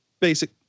basic